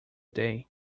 day